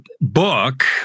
book